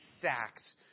sacks